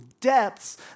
depths